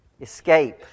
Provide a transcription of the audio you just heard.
Escape